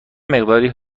مقداری